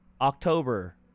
October